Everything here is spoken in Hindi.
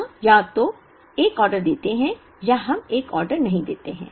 हम या तो एक ऑर्डर देते हैं या हम एक ऑर्डर नहीं देते हैं